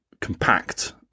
compact